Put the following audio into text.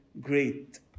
great